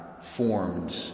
formed